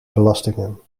belastingen